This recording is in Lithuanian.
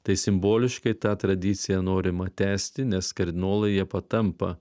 tai simboliškai tą tradiciją norima tęsti nes kardinolai jie patampa